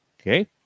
okay